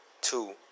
Two